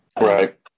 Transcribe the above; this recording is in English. right